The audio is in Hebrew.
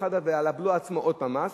ואחר כך זה על הבלו עצמו עוד פעם מס,